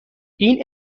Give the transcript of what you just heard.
این